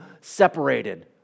separated